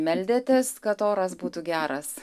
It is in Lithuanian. meldėtės kad oras būtų geras